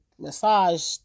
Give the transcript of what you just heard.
massage